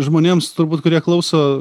žmonėms turbūt kurie klauso